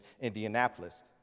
Indianapolis